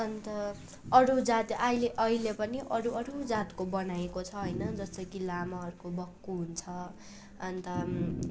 अन्त अरू जात अहिले अहिले पनि अरू अरू जातको बनाएको छ होइन जस्तै कि लामाहरूको बक्खु हुन्छ अन्त